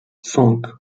cinq